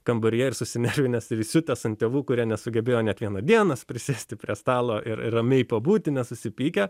kambaryje ir susinervinęs ir įsiutęs ant tėvų kurie nesugebėjo net vieną dieną prisėsti prie stalo ramiai pabūti nesusipykę